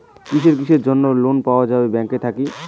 কিসের কিসের জন্যে লোন পাওয়া যাবে ব্যাংক থাকি?